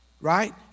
right